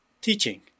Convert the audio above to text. teaching